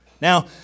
Now